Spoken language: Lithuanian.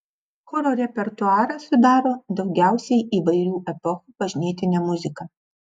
choro repertuarą sudaro daugiausiai įvairių epochų bažnytinė muzika